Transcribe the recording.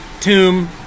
tomb